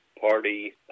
party